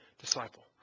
disciple